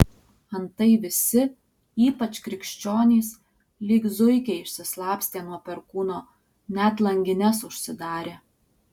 antai visi ypač krikščionys lyg zuikiai išsislapstė nuo perkūno net langines užsidarė